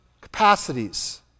capacities